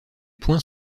points